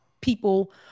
people